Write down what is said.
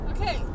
Okay